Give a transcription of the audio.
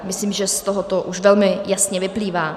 Myslím, že z tohoto už velmi jasně vyplývá.